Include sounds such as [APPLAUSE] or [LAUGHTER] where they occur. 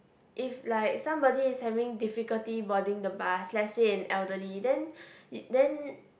if like somebody is having difficulty boarding the bus let's say an elderly then [NOISE] then